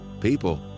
People